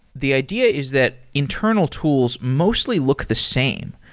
the idea is that internal tools mostly look the same.